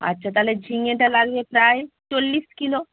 আচ্ছা তাহলে ঝিঙেটা লাগছে প্রায় চল্লিশ কিলো